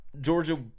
Georgia